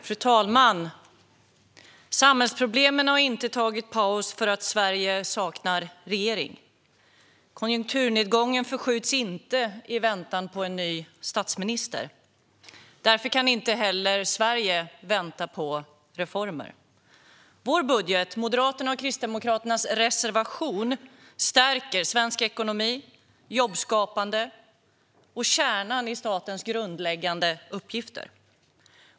Fru talman! Samhällsproblemen har inte tagit paus för att Sverige saknar regering. Konjunkturnedgången förskjuts inte i väntan på en ny statsminister. Därför kan inte heller Sverige vänta på reformer. Vår budget i Moderaternas och Kristdemokraternas reservation stärker svensk ekonomi, jobbskapande och kärnan i statens grundläggande uppgifter.